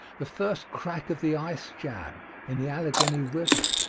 the first crack of the ice jamb in the allegheny river,